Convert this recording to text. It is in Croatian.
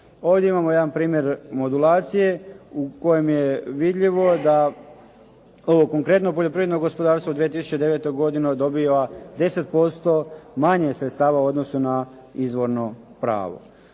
Ovdje imamo jedan primjer modulacije u kojem je vidljivo ovo konkretno poljoprivredno gospodarstvo u 2009. godini dobiva 10% manje sredstava u odnosu na izvorno pravo.